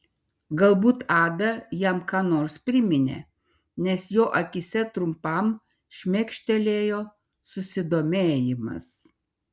galbūt ada jam ką nors priminė nes jo akyse trumpam šmėkštelėjo susidomėjimas